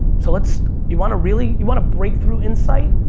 so let's, you wanna really, you want a breakthrough insight?